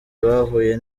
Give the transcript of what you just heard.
bahuye